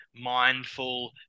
mindful